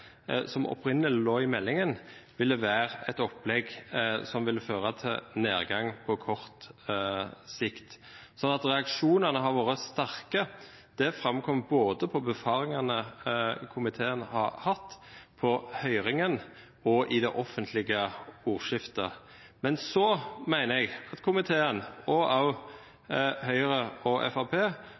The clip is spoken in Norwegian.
som opprinnelig lå i meldingen, ville være et opplegg som ville føre til nedgang på kort sikt. At reaksjonene har vært sterke, framkom både på befaringene komiteen har hatt, på høringen og i det offentlige ordskiftet. Men så mener jeg at komiteen, og også Høyre og